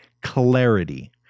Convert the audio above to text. Clarity